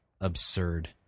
absurd